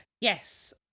Yes